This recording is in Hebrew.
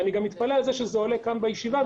אני גם מתפלא שזה עולה כאן בישיבה,